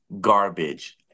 garbage